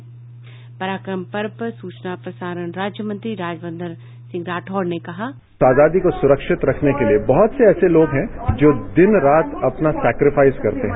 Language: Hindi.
पराक्रम पर्व पर सूचना प्रसारण राज्य मंत्री राज्यवर्द्धन राठौर ने कहा बाईट आजादी को सुरक्षित रखने के लिए बहुत से ऐसे लोग है जो दिन रात अपना सेक्रेफाइज करते है